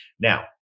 now